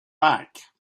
back